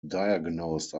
diagnosed